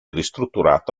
ristrutturato